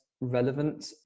relevant